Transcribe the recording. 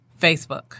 Facebook